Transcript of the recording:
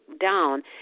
down